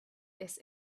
this